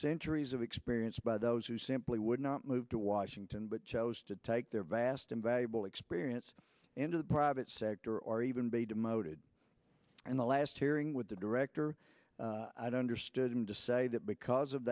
centuries of experience by those who simply would not move to washington but chose to take their vast invaluable experience into the private sector or even be demoted in the last hearing with the director i don't understand him to say that because of